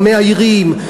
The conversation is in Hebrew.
המאיירים,